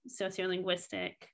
sociolinguistic